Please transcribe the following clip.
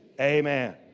Amen